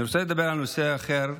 אני רוצה לדבר על נושא אחר,